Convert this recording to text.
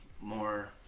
more